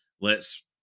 lets